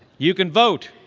you can vote.